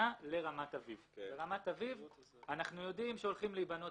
ברמת אביב אנחנו יודעים שהולכים להיבנות